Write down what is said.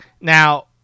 Now